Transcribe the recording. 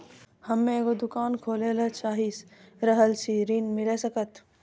हम्मे एगो दुकान खोले ला चाही रहल छी ऋण मिल सकत?